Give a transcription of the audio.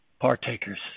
partakers